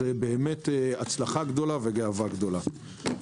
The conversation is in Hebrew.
זאת באמת הצלחה גדולה וגאווה גדולה.